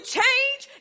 change